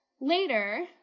Later